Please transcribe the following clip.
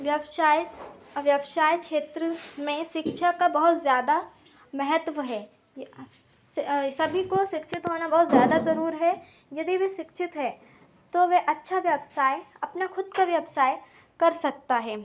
व्यवसाय व्यवसाय क्षेत्र में शिक्षा का बहुत ज़ादा महत्व है यह सभी को शिक्षित होना बहुत ज़्यादा ज़रूरी है यदि वह शिक्षित है तो वह अच्छा व्यवसाय अपना ख़ुद का व्यवसाय कर सकता है